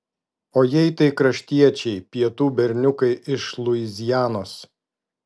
o jei tai kraštiečiai pietų berniukai iš luizianos